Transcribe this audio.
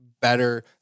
better